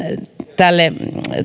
tälle